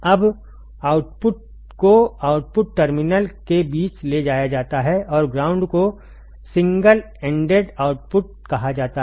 अब आउटपुट को output terminal के बीच ले जाया जाता है और ग्राउंड को सिंगल एंडेड आउटपुट कहा जाता है